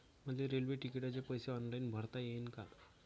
मले रेल्वे तिकिटाचे पैसे ऑनलाईन भरता येईन का?